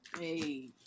Hey